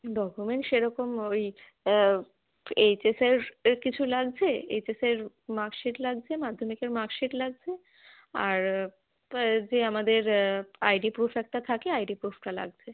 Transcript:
document সেরকম ওই H এসের কিছু লাগছে এইচএসের মার্কশীট লাগছে মাধ্যমিকের মার্কশীট লাগছে আর যে আমাদের আইডি প্রুফ একটা থাকে আইডি প্রুফটা লাগছে